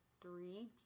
three